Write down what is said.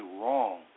wrong